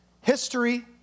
history